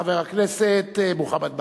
חבר הכנסת מוחמד ברכה,